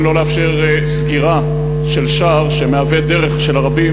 לא לאפשר סגירה של שער שמהווה דרך של רבים,